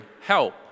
help